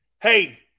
Hey